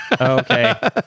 Okay